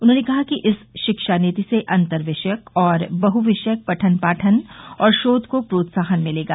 उन्होंने कहा कि इस शिक्षा नीति से अन्तर विषयक और बहुविषयक पठन पाठन और शोध को प्रोत्साहन मिलेगा